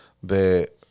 De